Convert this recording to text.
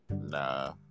Nah